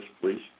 please